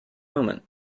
moment